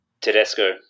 Tedesco